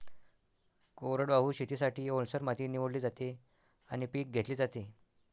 कोरडवाहू शेतीसाठी, ओलसर माती निवडली जाते आणि पीक घेतले जाते